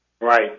Right